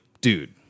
dude